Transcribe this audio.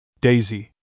Daisy